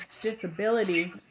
disability